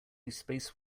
space